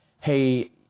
hey